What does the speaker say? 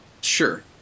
sure